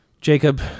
Jacob